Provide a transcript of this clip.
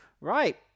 Right